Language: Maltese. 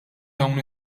dawn